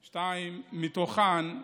מתוכן,